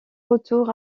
retour